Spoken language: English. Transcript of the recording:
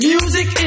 Music